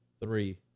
three